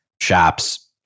shops